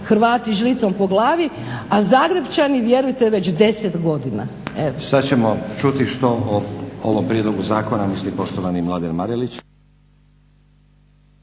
Hrvati žlicom po glavi, a zagrepčani vjerujte već 10 godina. **Stazić, Nenad (SDP)** Sad ćemo čuti što o ovom prijedlogu zakona misli poštovani Mladen Marelić.